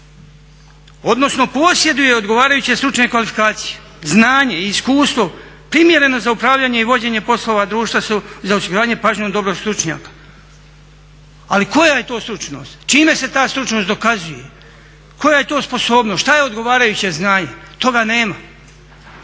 odnosno posjeduje odgovarajuće stručne kvalifikacije, znanje i iskustvo primjereno za upravljanje i vođenje poslova društva za osiguranje s pažnjom dobrog stručnjaka. Ali koja je to stručnost? Čime se ta stručnost dokazuje? Koja je to sposobnost? Što je odgovarajuće znanje? Toga nema.